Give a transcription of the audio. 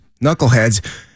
knuckleheads